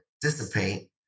dissipate